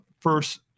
first